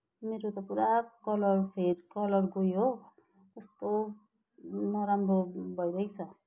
मेरो त पुरा कलर फेड कलर गयो हो कस्तो नराम्रो भइरहेछ